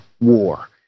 War